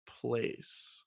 place